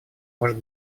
может